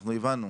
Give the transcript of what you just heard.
אנחנו הבנו.